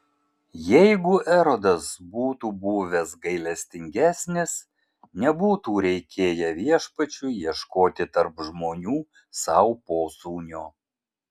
jeigu erodas būtų buvęs gailestingesnis nebūtų reikėję viešpačiui ieškoti tarp žmonių sau posūnio